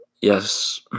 yes